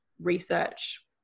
research